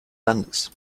landes